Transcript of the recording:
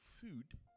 food